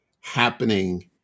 happening